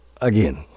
Again